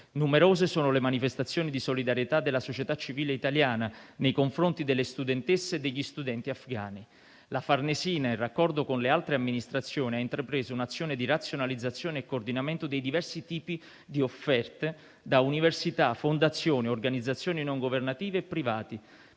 Numerose sono le manifestazioni di solidarietà della società civile italiana nei confronti delle studentesse e degli studenti afghani. La Farnesina, in raccordo con le altre amministrazioni, ha intrapreso un'azione di razionalizzazione e coordinamento dei diversi tipi di offerte da università, fondazioni e organizzazioni non governative e privati,